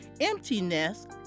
emptiness